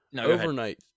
overnight